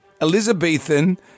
Elizabethan